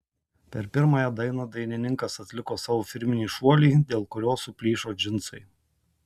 per pirmąją dainą dainininkas atliko savo firminį šuolį dėl kurio suplyšo džinsai